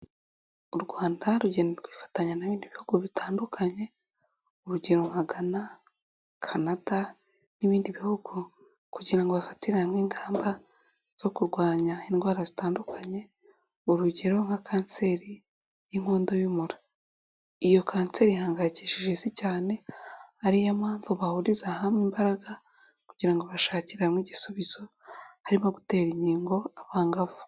U Rwanda rugenda rwifatanya n'ibindi bihugu bitandukanye, urugero nka gana Canada n'ibindi bihugu kugira ngo bafatire hamwe ingamba zo kurwanya indwara zitandukanye, urugero nka kanseri y'inkondo y'umura. Iyo kanseri ihangayikishije isi cyane ari yo mpamvu bahuriza hamwe imbaraga kugira ngo bashakire hamwe igisubizo, harimo gutera inkingo abangavu.